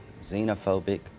xenophobic